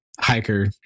hiker